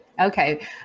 Okay